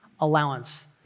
Allowance